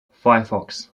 firefox